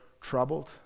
troubled